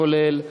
כולל,